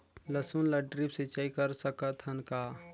लसुन ल ड्रिप सिंचाई कर सकत हन का?